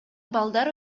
балдар